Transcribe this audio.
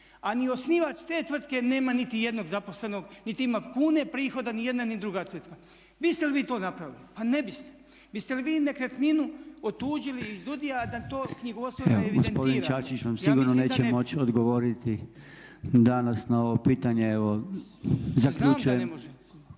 A ni osnivač te tvrtke nema niti jednog zaposlenog niti ima kune prihoda ni jedna ni druga tvrtka. Biste li vi to napravili? Pa ne biste. Biste li vi nekretninu otuđili iz DUDI-a a da knjigovodstveno ne evidentirate? Ja mislim da ne bi. **Podolnjak, Robert (MOST)** Evo, gospodin Čačić vam sigurno neće moći odgovoriti danas na ovo pitanje, evo, zaključujem.